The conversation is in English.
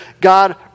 God